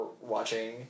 watching